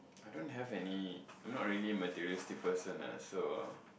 I don't have any I'm not really a materialistic person ah so